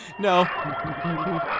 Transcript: No